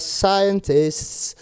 scientists